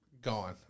gone